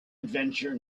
adventure